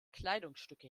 kleidungsstücke